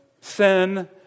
sin